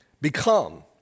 become